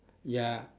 ya